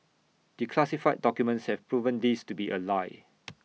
declassified documents have proven this to be A lie